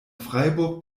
freiburg